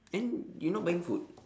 then you not buying food